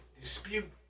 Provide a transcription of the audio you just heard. dispute